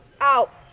out